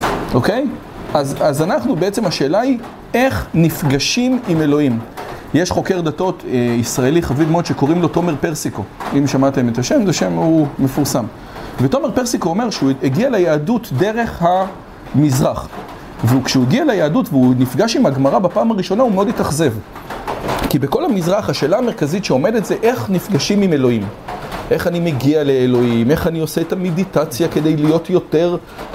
אוקיי? אז אנחנו בעצם, השאלה היא איך נפגשים עם אלוהים? יש חוקר דתות ישראלי חביב מאוד שקוראים לו תומר פרסיקו אם שמעתם את השם, זה שם הוא מפורסם ותומר פרסיקו אומר שהוא הגיע ליהדות דרך המזרח וכשהוא הגיע ליהדות והוא נפגש עם הגמרא בפעם הראשונה הוא מאוד התאכזב כי בכל המזרח, השאלה המרכזית שעומדת זה איך נפגשים עם אלוהים? איך אני מגיע לאלוהים? איך אני עושה את המדיטציה כדי להיות יותר...